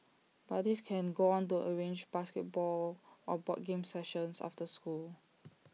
buddies can go on to arrange basketball or board games sessions after school